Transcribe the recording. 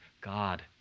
God